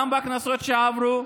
גם בכנסות שעברו.